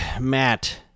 Matt